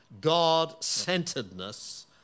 God-centeredness